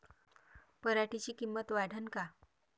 पराटीची किंमत वाढन का?